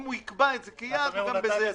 אם הוא יקבע את זה כיעד, הוא גם בזה יצליח.